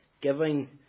giving